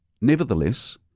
Nevertheless